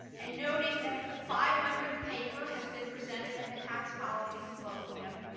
and noting that the five hundredth paper has been presented at the tax policy colloquium,